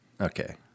okay